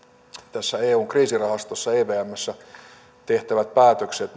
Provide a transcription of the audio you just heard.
tässä eun kriisirahastossa evmssä tehtävät päätökset